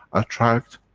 attract,